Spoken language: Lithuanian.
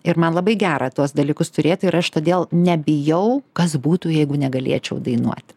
ir man labai gera tuos dalykus turėti ir aš todėl nebijau kas būtų jeigu negalėčiau dainuoti